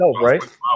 right